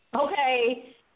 Okay